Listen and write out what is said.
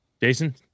Jason